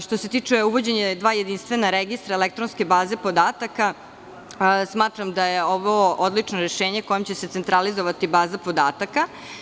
Što se tiče uvođenja dva jedinstvena registra elektronske baze podataka, smatram da je ovo odlično rešenje kojim će se centralizovati baza podataka.